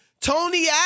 Tony